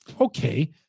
okay